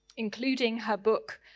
including her book,